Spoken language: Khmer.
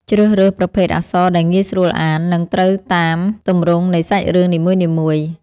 ជ្រើសរើសប្រភេទអក្សរដែលងាយស្រួលអាន និង ត្រូវតាមទម្រង់នៃសាច់រឿងនីមួយៗ។